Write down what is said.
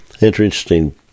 Interesting